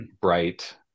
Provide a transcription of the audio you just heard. bright